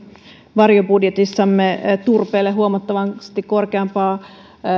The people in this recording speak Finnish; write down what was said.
varjobudjetissamme turpeelle huomattavasti korkeampaa